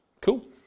Cool